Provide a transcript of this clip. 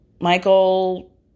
Michael